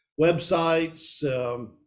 websites